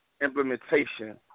implementation